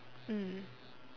mm